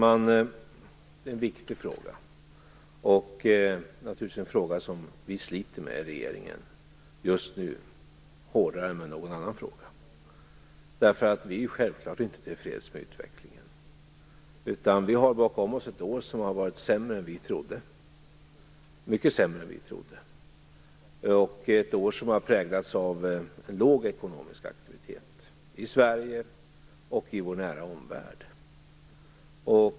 Fru talman! Detta är en viktig fråga som vi sliter med i regeringen, just nu hårdare än med någon annan fråga. Vi är självfallet inte till freds med utvecklingen. Vi har bakom oss ett år som har varit mycket sämre än vad vi trodde, ett år som har präglats av låg ekonomisk aktivitet i Sverige och i vår nära omvärld.